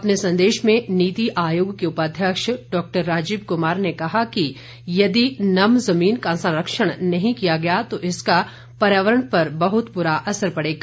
अपने संदेश में नीति आयोग के उपाध्यक्ष डॉक्टर राजीव कुमार ने कहा कि यदि नम जुमीन का संरक्षण नहीं किया गया तो इसका पर्यावरण पर बहुत बुरा असर पड़ेगा